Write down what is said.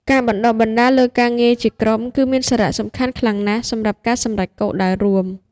ការបណ្តុះបណ្តាលលើការងារជាក្រុមគឺមានសារៈសំខាន់ខ្លាំងណាស់សម្រាប់ការសម្រេចគោលដៅរួម។